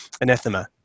anathema